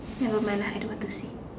never mind lah I don't want to say